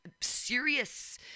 serious